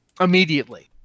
immediately